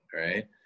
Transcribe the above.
right